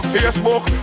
Facebook